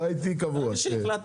אתה איתי קבוע, כן.